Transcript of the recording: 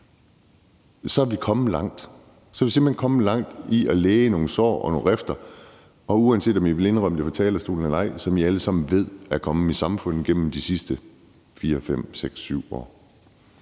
er vi kommet langt. Så er vi simpelt hen kommet langt i at læge nogle sår og nogle rifter, som, uanset om I vil indrømme det fra talerstolen eller ej, I alle sammen ved er kommet i samfundet gennem de sidste 4, 5, 6, 7 år.